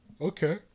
Okay